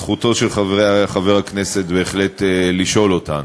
זכותו של חבר הכנסת בהחלט לשאול אותן.